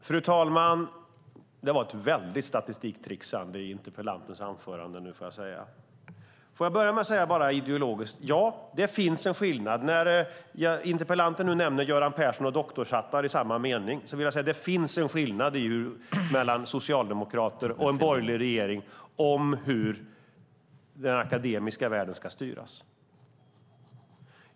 Fru talman! Det var mycket statistiktricksande i interpellantens anförande nu. Jag ska börja med att säga något om det ideologiska. Det finns en skillnad. När interpellanten nu nämner Göran Persson och doktorshattar i samma mening vill jag säga att det finns en skillnad mellan socialdemokrater och en borgerlig regering om hur den akademiska världen ska styras.